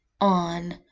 on